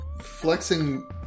flexing